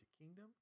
Kingdom